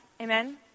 Amen